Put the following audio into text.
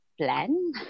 plan